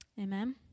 Amen